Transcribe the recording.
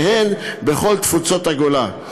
והן בכל תפוצות הגולה.